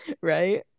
right